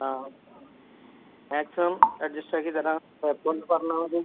ആ maximum adjust ആക്കി തരാം കുറച്ചൊന്ന് പറഞ്ഞാൽ മതി